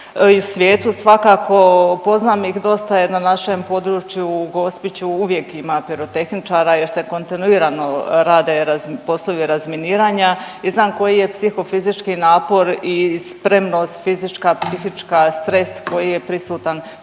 svakako, poznam ih dosta jer na našem području u Gospiću uvijek ima pirotehničara jer se kontinuirano rade poslovi razminiranja i znam koji je psihofizički napor i spremnost fizička, psihička i stres koji je prisutan prilikom